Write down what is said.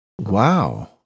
Wow